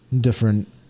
different